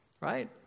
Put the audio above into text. Right